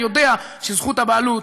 יודע שזכות הבעלות,